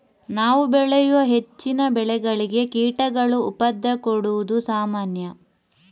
ನಾವು ಬೆಳೆಯುವ ಹೆಚ್ಚಿನ ಬೆಳೆಗಳಿಗೆ ಕೀಟಗಳು ಉಪದ್ರ ಕೊಡುದು ಸಾಮಾನ್ಯ